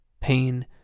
pain